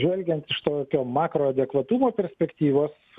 žvelgiant iš tokio makroadekvatumo perspektyvos